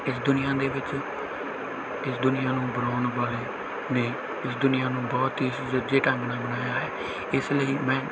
ਇਸ ਦੁਨੀਆਂ ਦੇ ਵਿੱਚ ਇਸ ਦੁਨੀਆਂ ਨੂੰ ਬਣਾਉਣ ਵਾਲੇ ਨੇ ਇਸ ਦੁਨੀਆਂ ਨੂੰ ਬਹੁਤ ਹੀ ਸੁਚੱਜੇ ਢੰਗ ਨਾਲ ਬਣਾਇਆ ਹੈ ਇਸ ਲਈ ਮੈਂ